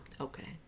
Okay